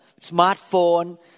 smartphone